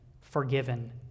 forgiven